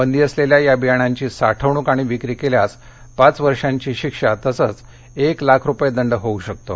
बंदी असलेल्या या बियाण्यांची साठवणूक अथवा विक्री केल्यास पाच वर्षांची शिक्षा तसंच एक लाख रुपये दंड होऊ शकतो